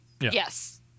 yes